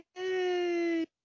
Yay